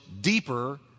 deeper